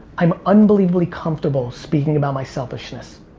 i'm unbelievable comfortable speaking about my selfishness.